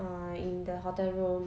uh in the hotel room